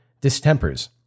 distempers